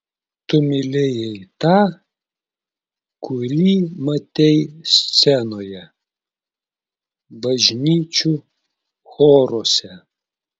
tu mylėjai tą kurį matei scenoje bažnyčių choruose